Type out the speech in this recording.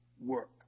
work